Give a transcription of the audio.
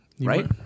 Right